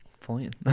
fine